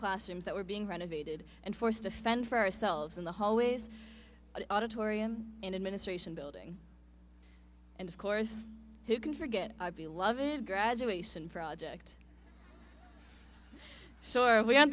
classrooms that were being renovated and forced to fend for ourselves in the hallways auditorium and administration building and of course who can forget ivy lovett graduation for object so are we